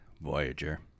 Voyager